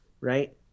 right